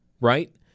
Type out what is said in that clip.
right